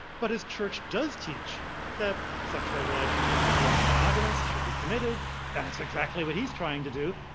but his church does teach that sexual relationship should be and monogamous, should be committed that's exactly what he's trying to do.